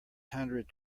hundred